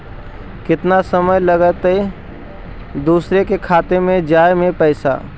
केतना समय लगतैय दुसर के खाता में जाय में पैसा?